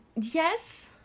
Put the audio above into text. yes